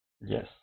Yes